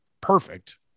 perfect